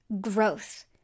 growth